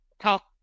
talk